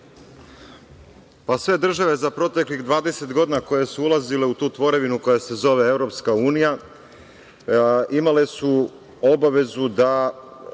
Sve države za proteklih 20 godina koje su ulazile u tu tvorevinu koja se zove Evropska unija, imale su obavezu da